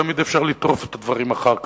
תמיד אפשר לטרוף את הדברים אחר כך.